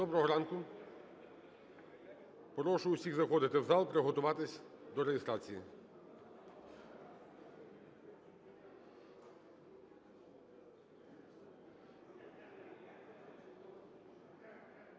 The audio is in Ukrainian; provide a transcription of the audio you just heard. Доброго ранку! Прошу всіх заходити в зал, приготуватися до реєстрації.